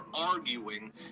arguing